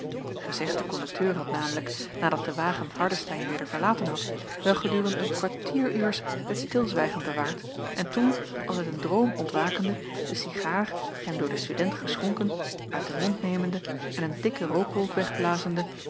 gezegde kondukteur had namelijk nadat de wagen hardestein weder verlaten had wel gedurende een kwartieruurs het stilzwijgen bewaard en toen als uit een droom ontwakende de cigaar hem door den student geschonken uit den mond nemende en een dikke rookwolk wegblazende